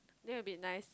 that would be nice